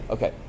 Okay